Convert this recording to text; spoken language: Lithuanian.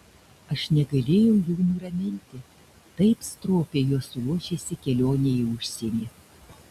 aš negalėjau jų nuraminti taip stropiai jos ruošėsi kelionei į užsienį